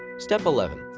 step eleven.